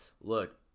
Look